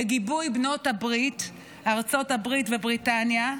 בגיבוי בנות הברית, ארצות הברית ובריטניה.